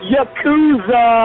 Yakuza